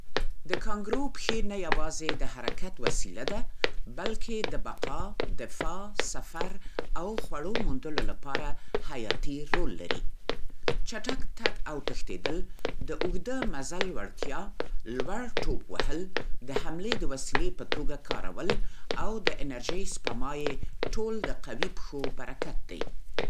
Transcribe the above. د کانګرو پښې نه یوازې د حرکت وسیله ده، بلکې د بقا، دفاع، سفر، او خوړو موندلو لپاره حیاتي رول لري. چټک تګ او تښتېدل، د اوږده مزل وړتیا، لوړ ټوپ وهل، د حملې د وسیلې په توګه کارول او د انرژۍ سپما یې ټول د قوي پښو برکت دی.